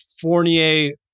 Fournier